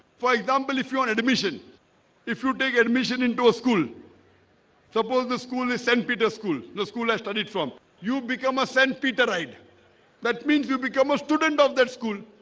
for example, if you're on admission if you take admission into a school suppose the school is st. peter's school. the school has done it from you become a saint peter id that means you become a student of that school.